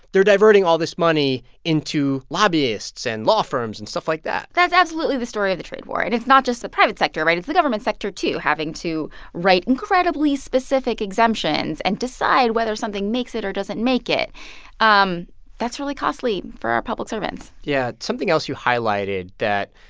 they're diverting all this money into lobbyists and law firms and stuff like that that's absolutely the story of the trade war. and it's not just the private sector, right? it's the government sector, too. having to write incredibly specific exemptions and decide whether something makes it or doesn't make it um that's really costly for our public servants yeah. something else you highlighted that,